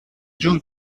جون